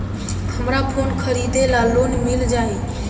हमरा फोन खरीदे ला लोन मिल जायी?